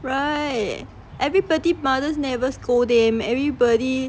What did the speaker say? right everybody mothers never scold them everybody